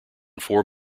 four